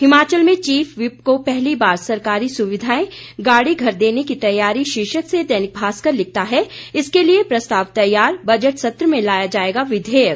हिमाचल में chief whip को पहली बार सरकारी सुविघायें गाड़ी घर देने की तैयारी शीर्षक से दैनिक भास्कर लिखता है इसके लिए प्रस्ताव तैयार बजट सत्र में लाया लाएगा विघेयक